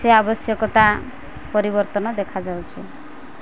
ସେ ଆବଶ୍ୟକତା ପରିବର୍ତ୍ତନ ଦେଖାଯାଉଛି